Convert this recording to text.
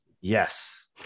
Yes